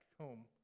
home